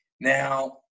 Now